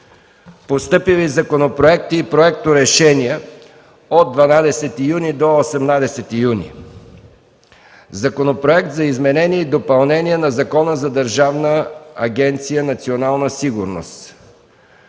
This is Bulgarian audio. Постъпили законопроекти и проекторешения от 12 до 18 юни 2013 г.: - Законопроект за изменение и допълнение на Закона за Държавна агенция „Национална сигурност”.